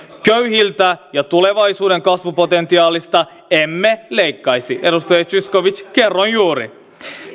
köyhiltä ja tulevaisuuden kasvupotentiaalista emme leikkaisi edustaja zyskowicz kerroin juuri